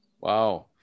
Wow